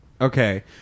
Okay